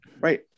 right